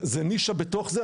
זה נישה בתוך זה.